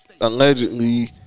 Allegedly